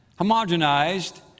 homogenized